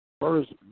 First